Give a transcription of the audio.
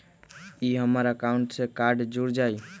ई हमर अकाउंट से कार्ड जुर जाई?